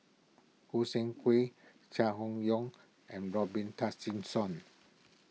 Gog Sing Hooi Chai Hon Yoong and Robin Tessensohn